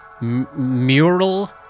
mural